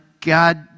God